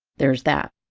there's that!